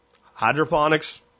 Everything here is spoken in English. hydroponics